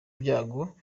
byago